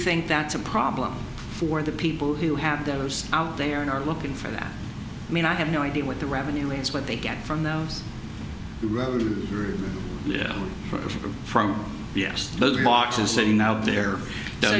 think that's a problem for the people who have those out there and are looking for that i mean i have no idea what the revenue it's what they get from the revenue through from yes the boches sitting out there